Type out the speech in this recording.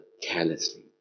carelessly